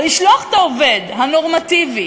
אבל לשלוח את העובד הנורמטיבי